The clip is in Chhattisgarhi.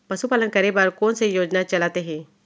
पशुपालन करे बर कोन से योजना चलत हे?